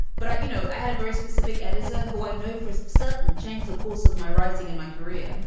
but, you know, i had a very specific editor who i know for certain changed the course of my writing in my career.